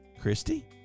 Christy